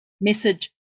message